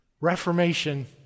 Reformation